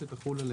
עליהם.